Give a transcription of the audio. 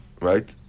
Right